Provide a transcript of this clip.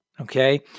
Okay